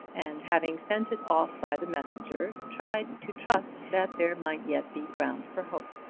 and, having sent it off by the messenger, tried to trust that there might yet be ground for hope.